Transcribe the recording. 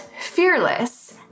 fearless